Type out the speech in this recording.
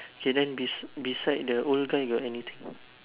okay then bes~ beside the old guy got anything